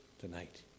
tonight